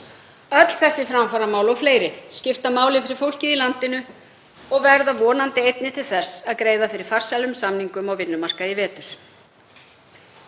Öll þessi framfaramál og fleiri skipta máli fyrir fólkið í landinu og verða vonandi til þess að greiða fyrir farsælum samningum á vinnumarkaði í vetur.